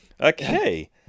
Okay